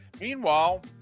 Meanwhile